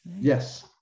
Yes